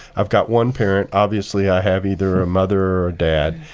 i've got one parent. obviously, i have either a mother or a dad,